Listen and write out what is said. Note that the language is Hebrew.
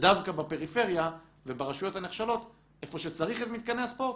שדווקא בפריפריה וברשויות הנחשלות איפה שצריך את מתקני הספורט,